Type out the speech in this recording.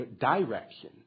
direction